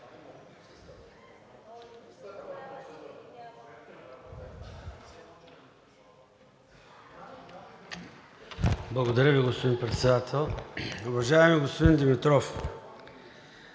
Благодаря Ви, господин Председател. Уважаеми господин Димитров,